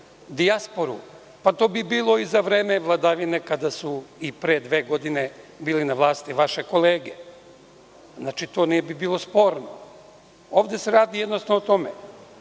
pa to bi bilo i za vreme vladavine kada su i pre dve godine bile na vlasti vaše kolege. Znači, to ne bi bilo sporno. Ovde se radi jednostavno o tome,